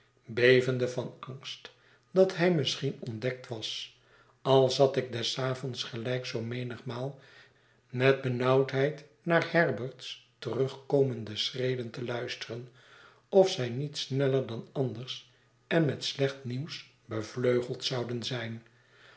bevende van angst dat hij misschien ontdekt was al zat ik des avonds gelijk zoo menigmaal met benauwdheid naar herbert's terugkomende schreden te luisteren of zij niet sneller dan anders en met slecht nieuws bevleugeld zouden zijn